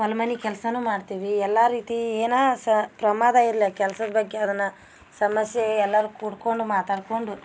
ಹೊಲ ಮನೆ ಕೆಲಸನು ಮಾಡ್ತೀವಿ ಎಲ್ಲಾ ರೀತಿ ಏನ ಸ ಪ್ರಮಾದ ಇರಲಿ ಕೆಲ್ಸದ ಬಗ್ಗೆ ಅದನ್ನ ಸಮಸ್ಯೆ ಎಲ್ಲರು ಕೂರ್ಕೊಂಡು ಮಾತಾಡ್ಕೊಂಡು